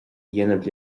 dhéanamh